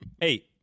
Hey